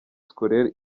scolaire